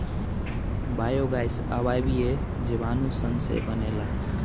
biogas अवायवीय जीवाणु सन से बनेला